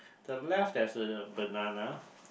the left there's a banana